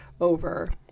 over